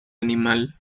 animal